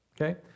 Okay